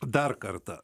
dar kartą